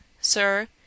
Sir